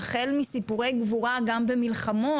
החל מסיפורי גבורה גם במלחמות,